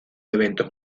eventos